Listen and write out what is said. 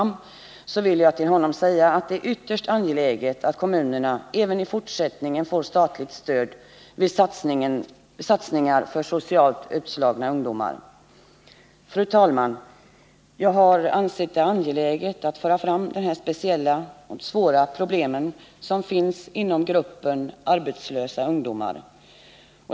Därför vill jag framhålla att det är ytterst angeläget att kommunerna även i fortsättningen får statligt stöd för satsningar på socialt utslagna ungdomar. Fru talman! Jag har ansett det angeläget att ta upp de svåra problem som finns inom gruppen arbetslösa ungdomar.